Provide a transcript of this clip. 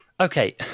Okay